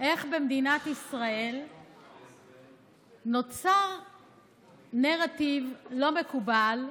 איך במדינת ישראל נוצר נרטיב לא מקובל,